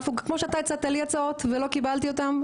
כמו שאתה הצעת לי הצעות ולא קיבלתי אותן,